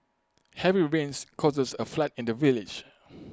heavy rains causes A flood in the village